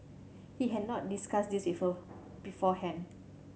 he had not discussed this with her beforehand